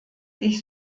ich